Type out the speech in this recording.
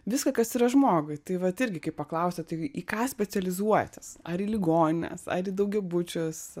viską kas yra žmogui tai vat irgi kai paklausia tai į ką specializuotis ar į ligonines ar į daugiabučius